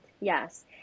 Yes